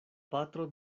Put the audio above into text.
patro